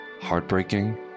heartbreaking